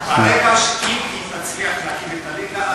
אם היא תצליח להרחיב את הליגה,